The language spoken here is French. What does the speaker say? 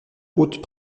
hautes